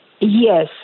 Yes